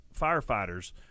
firefighters